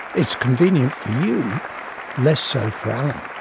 it's convenient for you less so for alan.